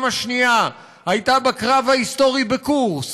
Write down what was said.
השנייה הייתה בקרב ההיסטורי בקורסק,